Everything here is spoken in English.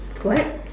what